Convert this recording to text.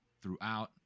throughout